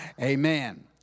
Amen